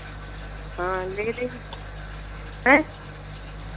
हाँ ले लेंगे आँय